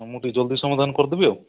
ମୁଁ ଟିକେ ଜଲଦି ସମାଧାନ କରିଦେବି ଆଉ